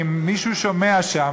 ואם מישהו שומע שם,